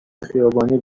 خیابانی